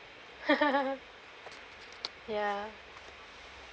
ya